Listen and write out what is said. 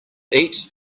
eat